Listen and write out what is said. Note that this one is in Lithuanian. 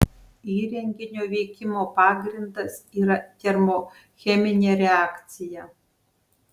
įrenginio veikimo pagrindas yra termocheminė reakcija